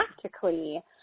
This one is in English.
practically